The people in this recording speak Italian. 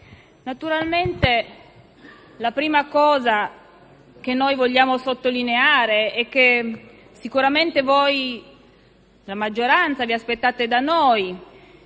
naturalmente la prima cosa che vogliamo sottolineare e che sicuramente voi, la maggioranza, vi aspettate da noi